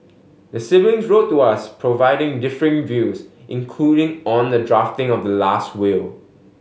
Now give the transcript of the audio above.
the siblings wrote to us providing differing views including on the drafting of the last will